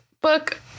book